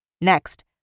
Next